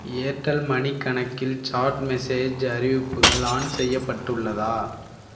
Airtel money கணக்கில் chat message அறிவிப்புகள் on செய்யப்பட்டுள்ளதா